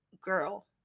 girl